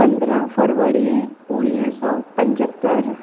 पंद्रहां फरवरी उणिवीह सौ पंजहतरि